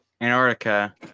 Antarctica